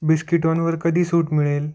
बिस्किटोंवर कधी सूट मिळेल